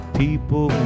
people